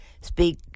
speak